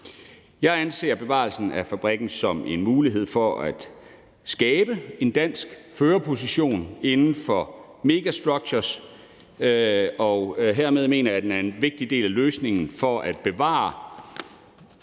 Jeg anser bevarelsen af fabrikken som en mulighed for at skabe en dansk førerposition inden for megastructures, og hermed mener jeg, at den er en vigtig del af løsningen for at bevare ekspertisen